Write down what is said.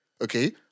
okay